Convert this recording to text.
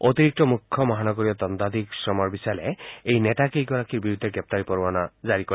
অতিৰিক্ত মুখ্য মহানগৰীয় দণ্ডাধীশ সমৰ বিশালে এই নেতাকেইগৰাকীৰ বিৰুদ্ধে গ্ৰেপ্তাৰী পৰোৱানা জাৰি কৰে